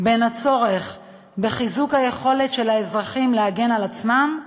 בין הצורך בחיזוק היכולת של האזרחים להגן על עצמם,